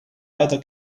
either